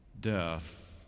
death